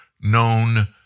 known